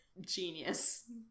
Genius